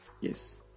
Yes